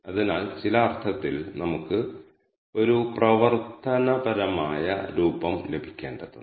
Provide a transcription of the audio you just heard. അത് ചെയ്യുന്നതിന് ഒരാൾ സ്ട്രക്ച്ചർ ഫങ്ക്ഷൻ ഉപയോഗിക്കേണ്ടതുണ്ട്